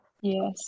Yes